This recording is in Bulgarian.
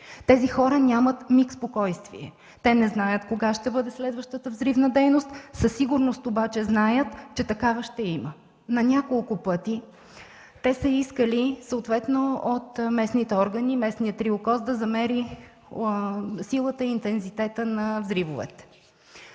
Тези хора нямат миг спокойствие, те не знаят кога ще бъде следващата взривна дейност, със сигурност обаче знаят, че такава ще има. На няколко пъти са искали от местните органи, съответно местния РИОКОЗ, да замери силата и интензитета на взривовете.